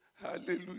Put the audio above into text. hallelujah